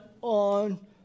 on